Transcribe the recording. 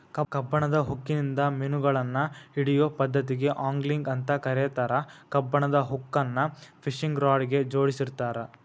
ಕಬ್ಬಣದ ಹುಕ್ಕಿನಿಂದ ಮಿನುಗಳನ್ನ ಹಿಡಿಯೋ ಪದ್ದತಿಗೆ ಆಂಗ್ಲಿಂಗ್ ಅಂತ ಕರೇತಾರ, ಕಬ್ಬಣದ ಹುಕ್ಕನ್ನ ಫಿಶಿಂಗ್ ರಾಡ್ ಗೆ ಜೋಡಿಸಿರ್ತಾರ